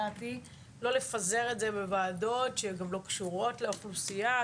לא לפזר את זה בוועדות שלא קשורות לאוכלוסייה.